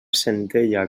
centella